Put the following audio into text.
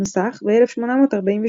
נוסח ב-1848.